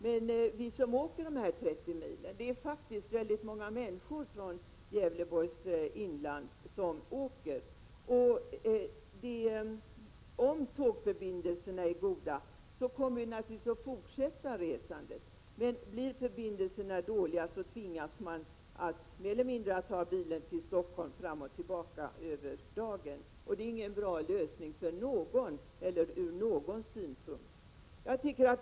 Men det är faktiskt väldigt många människor som åker dessa 30 mil från Gävleborgs inland. Om tågförbindelserna är goda kommer vi naturligtvis att fortsätta resandet med tåg, men blir förbindelserna dåliga tvingas vi mer eller mindre att ta bilen till Stockholm för resor över dagen. Det är ingen bra lösning för någon eller ur någon synpunkt.